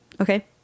okay